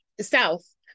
south